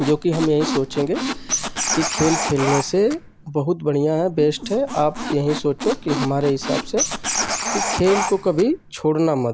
जोकि हम यही सोचेंगे कि खेल खेलने से बहुत बढ़ियाँ है बेस्ट है आप यही सोचो कि हमारे हिसाब से कि खेल को कभी छोड़ना मत